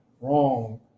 wrong